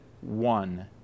one